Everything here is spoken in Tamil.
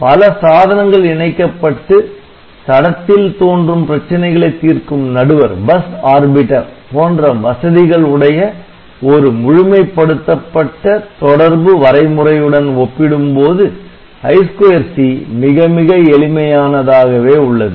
பல சாதனங்கள் இணைக்கப்பட்டு தடத்தில் தோன்றும் பிரச்சினைகளை தீர்க்கும் நடுவர் போன்ற வசதிகள் உடைய ஒரு முழுமை படுத்தப்பட்ட தொடர்பு வரை முறையுடன் ஒப்பிடும்போது I2C மிக மிக எளிமையானதாகவே உள்ளது